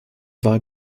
wahl